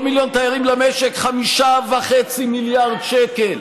כל מיליון תיירים למשק, 5.5 מיליארד שקל.